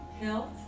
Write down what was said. Health